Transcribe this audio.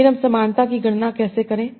फिर हम समानता की गणना कैसे करें